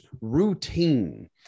routine